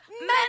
Men